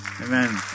amen